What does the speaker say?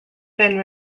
been